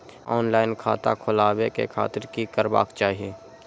Online खाता खोलाबे के खातिर कि करबाक चाही?